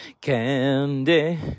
candy